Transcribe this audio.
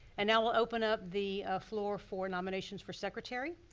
and now we'll open up the floor for nominations for secretary.